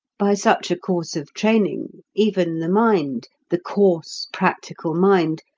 by such a course of training, even the mind, the coarse, practical mind,